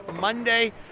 Monday